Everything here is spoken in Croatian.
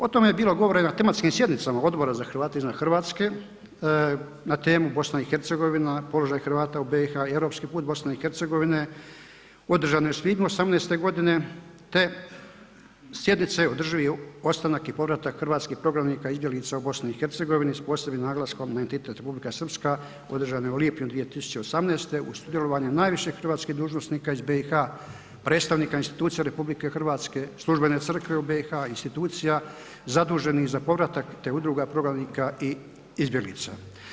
O tome je bilo govora i na tematskim sjednicama Odbora za Hrvate izvan Hrvatske na temu BiH, položaj Hrvata u BiH i europski put BiH održane u svibnju '18. godine te sjednice održivi ostanak i povratak hrvatskih prognanika i izbjeglica u BiH s posebnih naglaskom na entitet Republika Srpska održane u lipnju 2018. uz sudjelovanje najviših hrvatskih dužnosnika iz BiH, predstavnika institucija RH, službene crkve u BiH, institucija zaduženih za povratak te udruga prognanika i izbjeglica.